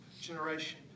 generation